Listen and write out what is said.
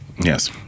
Yes